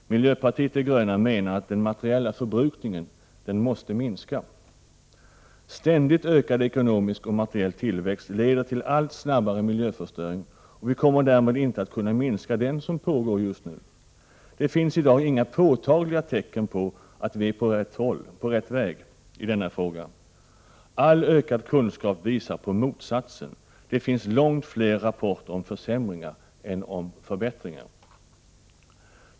Miljöpartiet de gröna menar att den materiella förbrukningen måste minska. Ständigt ökad ekonomisk och materiell tillväxt leder till allt snabbare miljöförstöring, och vi kommer därmed inte att kunna minska den som pågår just nu. Det finns i dag inga påtagliga tecken på att vi är på rätt väg i denna fråga. All ökad kunskap visar på motsatsen. Det finns långt fler rapporter om försämringar än om förbättringar.